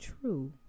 true